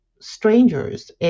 strangers